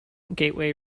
gateway